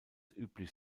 üblich